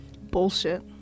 bullshit